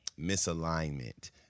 misalignment